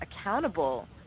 accountable